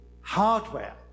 hardware